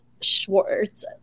Schwartz